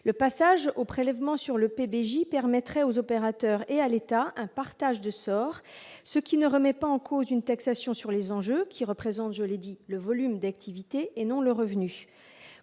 le passage au prélèvement sur le PBJ permettrait aux opérateurs et à l'État un partage de sort, ce qui ne remet pas en cause une taxation sur les enjeux qui représente, je le dis, le volume d'activité et non le revenu